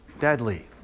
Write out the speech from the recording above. deadly